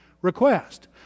request